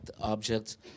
objects